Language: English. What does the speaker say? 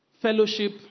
Fellowship